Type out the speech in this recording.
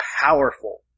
powerful